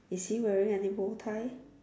is he wearing any bow tie